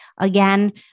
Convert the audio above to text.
again